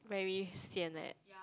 very sian eh